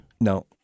No